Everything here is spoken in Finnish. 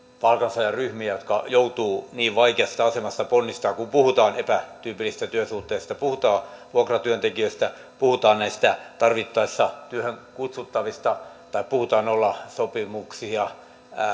palkansaajaryhmiä jotka joutuvat niin vaikeasta asemasta ponnistamaan kun puhutaan epätyypillisestä työsuhteesta puhutaan vuokratyöntekijöistä puhutaan näistä tarvittaessa työhön kutsuttavista tai puhutaan nollasopimuksia